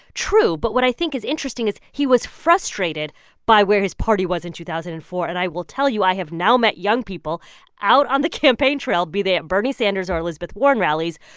true but what i think is interesting is he was frustrated by where his party was in two thousand and four. and i will tell you, i have now met young people out on the campaign trail, be they at bernie sanders or elizabeth warren rallies,